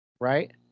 Right